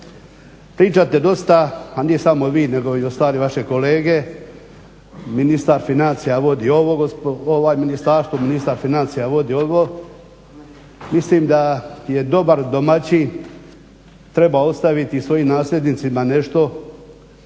Pričate dosta, a ne samo vi nego i ostale vaše kolege. Ministar financija vodi ovo ministarstvo, ministar financija vodi ovo. Mislim da dobar domaćin treba ostaviti svojim nasljednicima nešto